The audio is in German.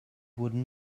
wurden